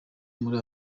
muri